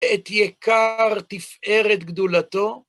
‫את יקר תפארת גדולתו